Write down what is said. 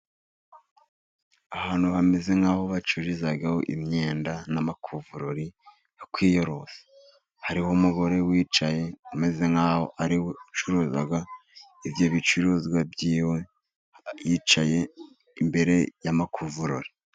Ahantu hameze nk'aho bacururizaho imyenda n'amakuvurori yo kwiyorosa. Hariho umugore wicaye umeze nk'aho ariwe ucuruza ibyo bicuruzwa bye, yicaye imbere y'amakuvurori.